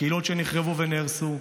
הקהילות שנחרבו ונהרסו,